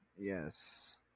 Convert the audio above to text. Yes